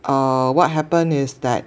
uh what happen is that